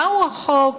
מהו החוק